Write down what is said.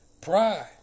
Pride